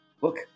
Look